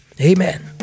amen